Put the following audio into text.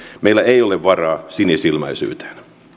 meillä ei ole varaa sinisilmäisyyteen